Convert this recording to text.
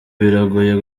biragoye